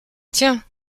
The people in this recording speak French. tiens